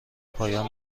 پایان